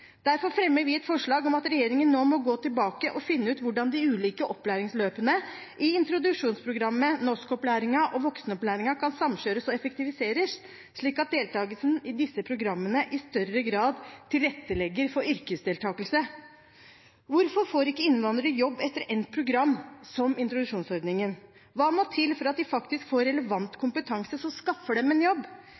Derfor støtter vi forslaget om at regjeringen må gå tilbake og finne ut hvordan de ulike opplæringsløpene i introduksjonsprogrammet, norskopplæringen og voksenopplæringen kan samkjøres og effektiviseres, slik at deltakelsen i disse programmene i større grad tilrettelegger for yrkesdeltakelse. Hvorfor får ikke innvandrere jobb etter endt program, som introduksjonsordningen? Hva må til for at de faktisk får relevant kompetanse som skaffer dem en jobb?